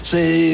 Say